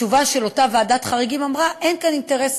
התשובה של אותה ועדת חריגים אמרה אין כאן אינטרס